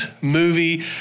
movie